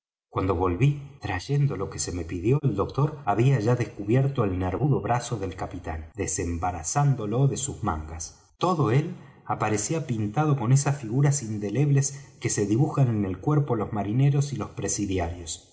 cuando volví trayendo lo que se me pidió el doctor había ya descubierto el nervudo brazo del capitán desembarazándolo de sus mangas todo él aparecía pintado con esas figuras indelebles que se dibujan en el cuerpo los marineros y los presidiarios